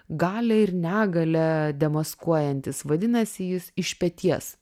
galia ir negalia demaskuojantys vadinasi jis iš peties